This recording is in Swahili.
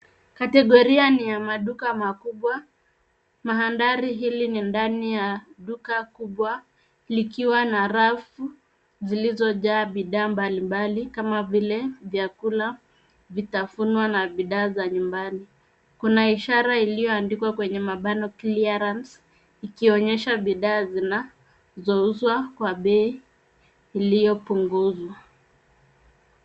Kategoria ni ya maduka makubwa. Mandhari hili ni ndani ya duka kubwa, likiwa na rafu zilizojaa bidhaa mbalimbali kama vile vyakula, vitafunwa, na bidhaa za nyumbani. Kuna ishara iliyoandikwa kwenye mabano Clearance , ikionyesha bidhaa zinazouzwa kwa bei iliyopunguzwa.